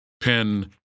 pen